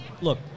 look